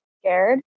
scared